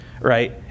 right